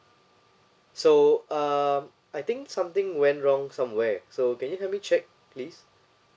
so uh I think something went wrong somewhere so can you help me check please